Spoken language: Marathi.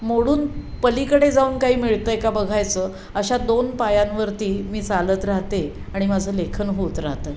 मोडून पलीकडे जाऊन काही मिळत आहे का बघायचं अशा दोन पायांवरती मी चालत राहते आणि माझं लेखन होत राहतं